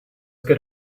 get